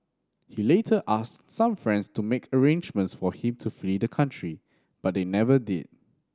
he later asked some friends to make arrangements for him to flee the country but they never did